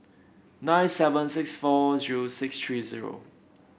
nine seven six four zero six three zero